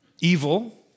Evil